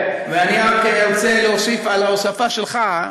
ואני רק ארצה להוסיף על ההוספה שלך,